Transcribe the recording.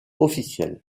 officiel